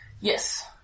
Yes